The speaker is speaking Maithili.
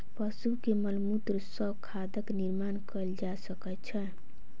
पशु के मलमूत्र सॅ खादक निर्माण कयल जा सकै छै